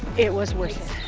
it was worth